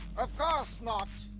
of course not!